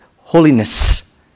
holiness